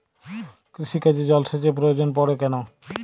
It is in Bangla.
কৃষিকাজে জলসেচের প্রয়োজন পড়ে কেন?